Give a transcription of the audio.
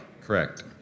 Correct